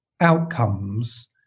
outcomes